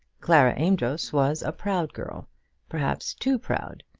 clara amedroz was a proud girl perhaps too proud.